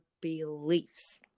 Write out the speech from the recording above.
beliefs